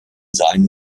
sein